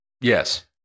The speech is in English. Yes